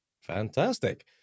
Fantastic